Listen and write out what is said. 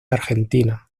argentina